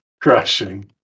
crashing